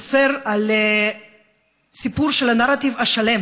אוסר סיפור של הנרטיב השלם